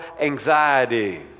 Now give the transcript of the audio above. anxiety